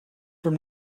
from